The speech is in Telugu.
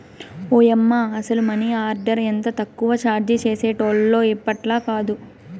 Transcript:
ఓయమ్మ, అసల మనీ ఆర్డర్ ఎంత తక్కువ చార్జీ చేసేటోల్లో ఇప్పట్లాకాదు